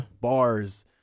bars